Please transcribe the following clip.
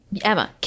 Emma